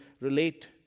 relate